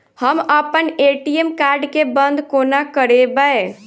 हम अप्पन ATM card केँ बंद कोना करेबै?